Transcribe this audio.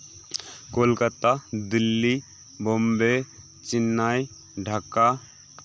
Kolkata Delhi Bombay Chennai Dhaka